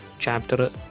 Chapter